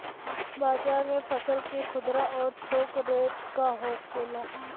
बाजार में फसल के खुदरा और थोक रेट का होखेला?